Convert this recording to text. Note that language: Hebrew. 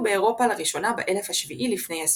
באירופה לראשונה באלף השביעי לפנה"ס.